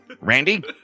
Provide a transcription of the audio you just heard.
Randy